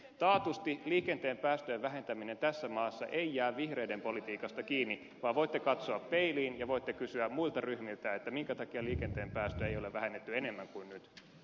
taatusti liikenteen päästöjen vähentäminen tässä maassa ei jää vihreiden politiikasta kiinni vaan voitte katsoa peiliin ja voitte kysyä muilta ryhmiltä minkä takia liikenteen päästöjä ei ole vähennetty enemmän kuin nyt